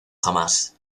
jamás